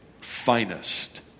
finest